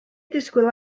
disgwyl